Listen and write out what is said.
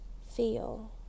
feel